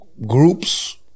groups